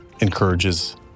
encourages